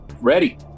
ready